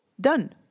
Done